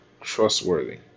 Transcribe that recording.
trustworthy